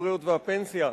הבריאות והפנסיה,